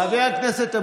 חבר הכנסת,